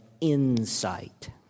insight